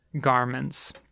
garments